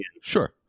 Sure